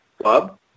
Bob